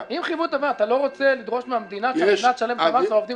אתה לא רוצה לדרוש מהמדינה שהמדינה תשלם את המס ושהעובדים